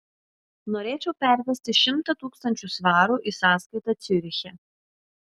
norėčiau pervesti šimtą tūkstančių svarų į sąskaitą ciuriche